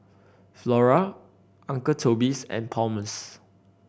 Flora Uncle Toby's and Palmer's